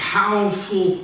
powerful